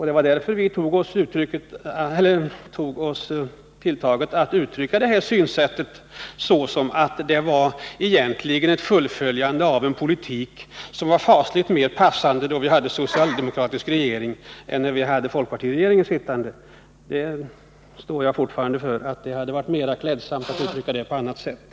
Det var därför vi tog oss före att uttrycka det här synsättet så, att det egentligen var ett fullföljande av en politik som var fasligt mer passande när vi hade en socialdemokratisk regering än när vi hade en folkpartiregering. Jag står fortfarande för att det hade varit mer klädsamt att uttrycka det på annat sätt.